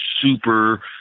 super